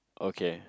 okay